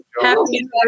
Happy